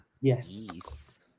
yes